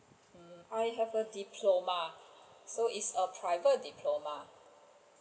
mm I have a diploma so it's a private diploma